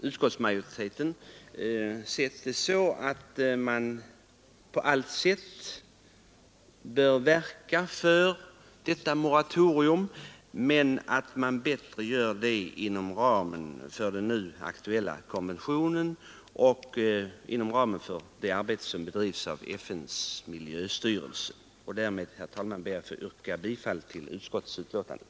Utskottsmajoriteten har sett saken så att Sverige på allt sätt bör verka för detta moratorium men att vi gör det bättre inom ramen för den nu aktuella konventionen och inom ramen för det arbete som bedrivs av FN:s miljöstyrelse. Därmed, herr talman, ber jag att få yrka bifall till utskottets hemställan.